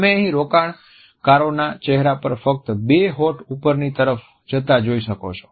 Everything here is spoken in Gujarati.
તમે અહીં રોકાણકારોના ચહેરા પર ફક્ત બે હોઠ ઉપરની તરફ જતા જોઈ શકો છો